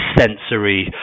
sensory